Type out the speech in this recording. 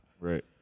Right